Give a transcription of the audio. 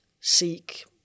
seek